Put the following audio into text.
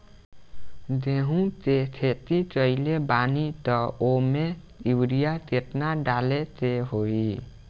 गेहूं के खेती कइले बानी त वो में युरिया केतना डाले के होई?